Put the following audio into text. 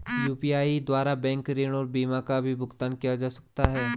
UPI द्वारा bank ऋण और बीमा का भी भुगतान किया जा सकता है?